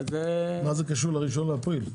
מה זה קשור ל-1 באפריל?